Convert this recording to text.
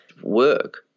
work